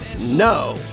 No